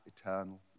eternal